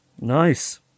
Nice